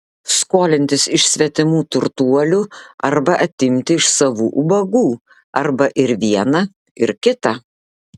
skolintis iš svetimų turtuolių arba atimti iš savų ubagų arba ir viena ir kita